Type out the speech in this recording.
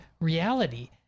reality